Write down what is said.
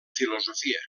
filosofia